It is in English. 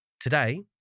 today